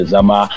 Zama